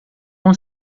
com